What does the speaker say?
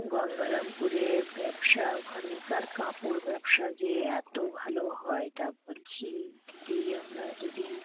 গঙ্গারামপুরে ব্যবসা ওখানকার কাপড় ব্যবসা যে এতো ভালো হয় তা বলছি দিদি আমরা যদি